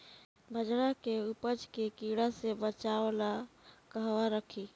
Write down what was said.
बाजरा के उपज के कीड़ा से बचाव ला कहवा रखीं?